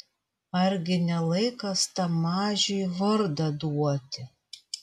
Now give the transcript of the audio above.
argi ne laikas tam mažiui vardą duoti